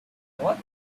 what